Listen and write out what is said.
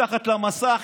מתחת למסך,